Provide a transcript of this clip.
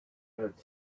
had